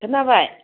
खोनाबाय